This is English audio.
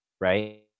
Right